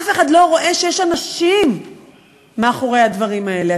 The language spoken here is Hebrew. אף אחד לא רואה שיש אנשים מאחורי הדברים האלה.